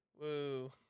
Woo